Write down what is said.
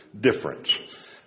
difference